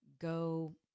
go